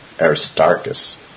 Aristarchus